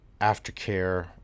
aftercare